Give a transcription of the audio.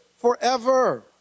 forever